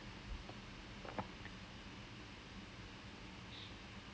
singapore asia cup அப்போ வந்து:appo vanthu I injured my lower back